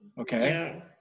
Okay